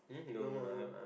did I bore you